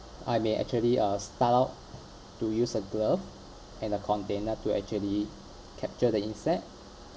I may actually uh start out to use a glove and a container to actually capture the insect